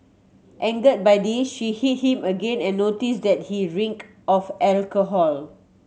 angered by this she hit him again and noticed that he reeked of alcohol